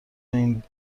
این